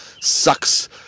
sucks